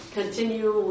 continue